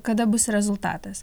kada bus rezultatas